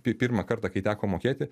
pi pirmą kartą kai teko mokėti